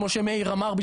כמו שמאיר אמר,